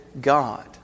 God